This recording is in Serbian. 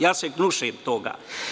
Ja se gnušam toga.